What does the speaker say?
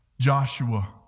Joshua